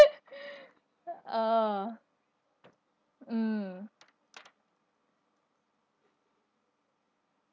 oh mm